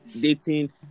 dating